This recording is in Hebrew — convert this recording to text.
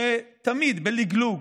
שתמיד בלגלוג